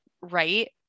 right